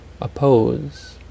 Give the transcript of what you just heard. oppose